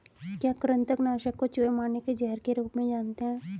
क्या कृतंक नाशक को चूहे मारने के जहर के रूप में जानते हैं?